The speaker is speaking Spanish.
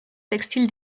textil